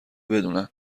بدونن